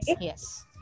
yes